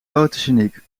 fotogeniek